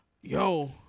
Yo